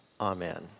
Amen